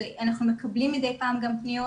אנחנו מקבלים גם מדי פעם פניות